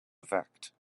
effect